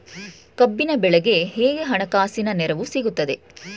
ಕಬ್ಬಿನ ಬೆಳೆಗೆ ಹೇಗೆ ಹಣಕಾಸಿನ ನೆರವು ಸಿಗುತ್ತದೆ?